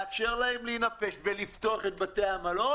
לאפשר להם להינפש ולפתוח את בתי המלון.